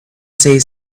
save